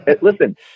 Listen